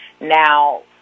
Now